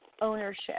ownership